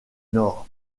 nord